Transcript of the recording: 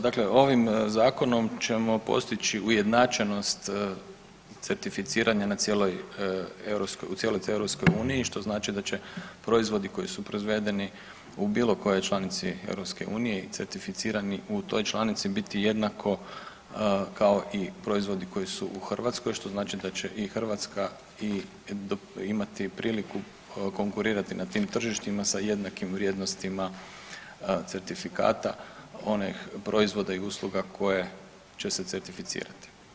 Dakle, ovim zakonom ćemo postići ujednačenost certificiranja u cijeloj EU, što znači da će proizvodi koji su proizvedeni u bilo kojoj članici EU i certificirani u toj članici biti jednako kao i proizvodi koji su u Hrvatskoj, što znači da će i Hrvatska imati priliku konkurirati na tim tržištima sa jednakim vrijednostima certifikata onih proizvoda i usluga koji će se certificirati.